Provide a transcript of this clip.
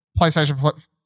PlayStation